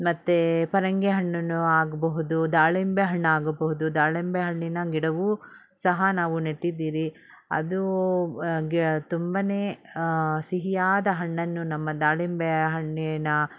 ಮತ್ತು ಪರಂಗಿ ಹಣ್ಣು ಆಗಬಹುದು ಮತ್ತು ದಾಳಿಂಬೆ ಹಣ್ಣು ಆಗಬಹುದು ದಾಳಿಂಬೆ ಹಣ್ಣಿನ ಗಿಡವು ಸಹ ನಾವು ನೆಟ್ಟಿದ್ದೀರಿ ಅದು ಗಿ ತುಂಬ ಸಿಹಿಯಾದ ಹಣ್ಣನ್ನು ನಮ್ಮ ದಾಳಿಂಬೆ ಹಣ್ಣಿನ